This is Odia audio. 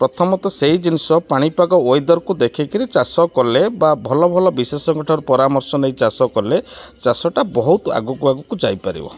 ପ୍ରଥମତଃ ସେଇ ଜିନିଷ ପାଣିପାଗ ୱେଦର୍କୁ ଦେଖିକିରି ଚାଷ କଲେ ବା ଭଲ ଭଲ ବିଶେଷଜ୍ଞଙ୍କ ଠାରୁ ପରାମର୍ଶ ନେଇ ଚାଷ କଲେ ଚାଷଟା ବହୁତ ଆଗକୁ ଆଗକୁ ଯାଇପାରିବ